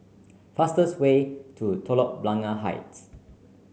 fastest way to Telok Blangah Heights